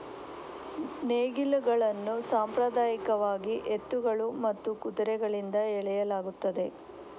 ನೇಗಿಲುಗಳನ್ನು ಸಾಂಪ್ರದಾಯಿಕವಾಗಿ ಎತ್ತುಗಳು ಮತ್ತು ಕುದುರೆಗಳಿಂದ ಎಳೆಯಲಾಗುತ್ತದೆ